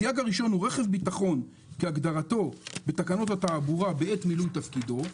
הסייג הראשון הוא רכב ביטחון כהגדרתו בתקנות התעבורה בעת מילוי תפקידו.